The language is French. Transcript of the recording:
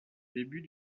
début